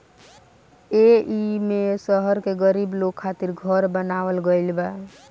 एईमे शहर के गरीब लोग खातिर घर बनावल गइल बा